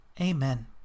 Amen